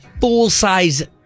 full-size